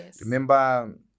Remember